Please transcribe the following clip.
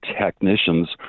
technicians